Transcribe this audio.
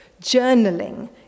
journaling